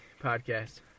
podcast